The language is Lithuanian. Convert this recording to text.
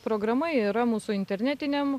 programa yra mūsų internetiniam